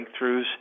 breakthroughs